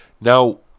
Now